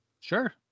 Sure